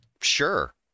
Sure